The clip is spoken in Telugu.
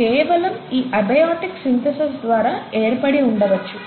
కేవలం ఈ ఎబయోటిక్ సింథేసిస్ ద్వారా ఏర్పడి ఉండవచ్చు